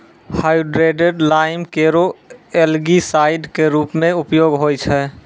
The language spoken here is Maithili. हाइड्रेटेड लाइम केरो एलगीसाइड क रूप म उपयोग होय छै